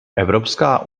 evropská